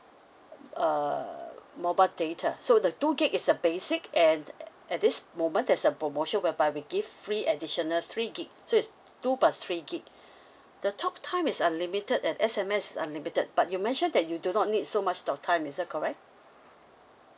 err mobile data so the two gig is the basic and at this moment there's a promotion whereby we give free additional three gig so is two plus three gig the talk time is unlimited and S_M_S is unlimited but you mention that you do not need so much talk time is that correct